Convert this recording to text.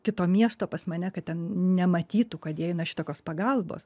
kito miesto pas mane kad ten nematytų kad jie eina šitokios pagalbos